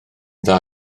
dda